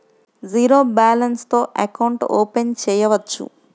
Zero balance తో account open చేయవచ్చు?